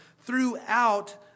throughout